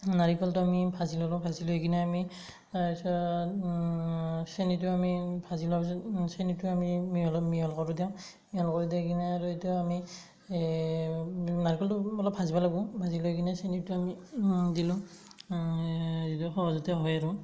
নাৰিকলটো আমি ভাজি ল'লোঁ ভাজি লৈ কিনে আমি তাৰ পিছত চেনিটো আমি ভাজি লোৱাৰ পিছত চেনিটো আমি মিহল মিহল কৰি দিওঁ মিহল কৰি দি কিনে আৰু এইটো আমি নাৰিকলটো অলপ ভাজিব লাগিব ভাজি লৈ কিনে চেনিটো আমি দিলোঁ সহজতে হয় আৰু